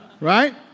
right